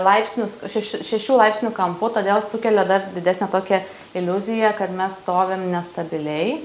laipsnius šeši šešių laipsnių kampu todėl sukelia dar didesnę tokią iliuziją kad mes stovim nestabiliai